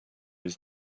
his